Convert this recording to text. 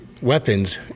Weapons